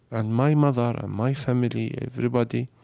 and my mother and my family, everybody,